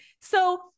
So-